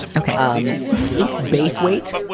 ok. um base wait,